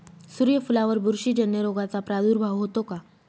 सूर्यफुलावर बुरशीजन्य रोगाचा प्रादुर्भाव होतो का?